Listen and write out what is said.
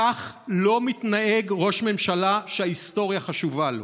כך לא מתנהג ראש ממשלה שההיסטוריה חשובה לו.